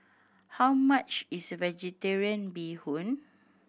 how much is Vegetarian Bee Hoon